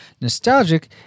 Nostalgic